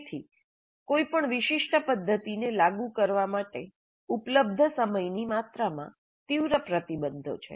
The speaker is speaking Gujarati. તેથી કોઈપણ વિશિષ્ટ પદ્ધતિને લાગુ કરવા માટે ઉપલબ્ધ સમયની માત્રામાં તીવ્ર પ્રતિબંધો છે